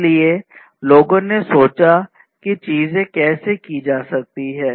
इसलिए लोगों ने सोचा कि चीजें कैसे की जा सकती हैं